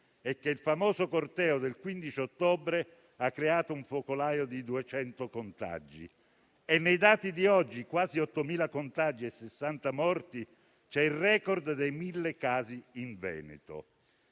e che il famoso corteo del 15 ottobre scorso ha creato un focolaio di 200 contagi. I dati di oggi riportano quasi 8.000 contagi e 60 morti, con il *record* dei 1.000 casi in Veneto.